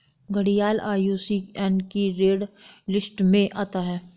घड़ियाल आई.यू.सी.एन की red list में आता है